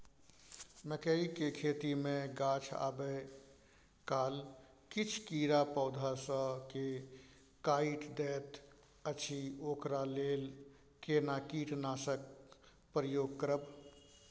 मकई के खेती मे गाछ आबै काल किछ कीरा पौधा स के काइट दैत अछि ओकरा लेल केना कीटनासक प्रयोग करब?